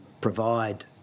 provide